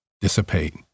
dissipate